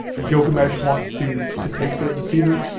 gilgamesh wants to to take the the cedar,